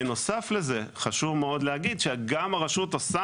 בנוסף לזה חשוב מאוד להגיד שגם הרשות עושה